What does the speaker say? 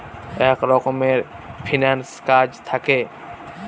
এক রকমের ফিন্যান্স কাজ থাকে